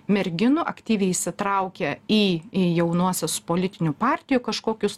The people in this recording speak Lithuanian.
merginų aktyviai įsitraukia į į jaunuosius politinių partijų kažkokius